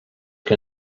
que